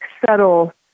subtle